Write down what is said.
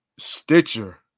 Stitcher